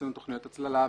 יש לנו תוכניות הצללה,